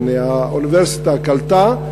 יעני, האוניברסיטה קלטה,